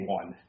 one